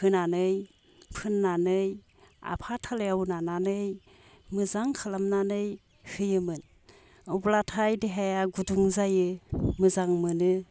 होनानै फोननानै आफा थालायाव नानानै मोजां खालामनानै होयोमोन अब्लाथाय देहाया गुदुं जायो मोजां मोनो